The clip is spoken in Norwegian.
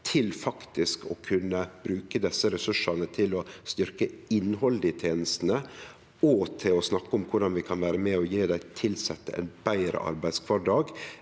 å kunne bruke desse ressursane til å styrkje innhaldet i tenestene, og til å snakke om korleis vi kan vere med og gje dei tilsette ein betre arbeidskvardag.